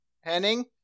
henning